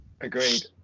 Agreed